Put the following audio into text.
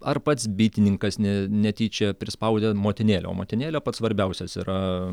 ar pats bitininkas ne netyčia prispaudė motinėlę o motinėlė pats svarbiausias yra